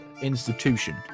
institution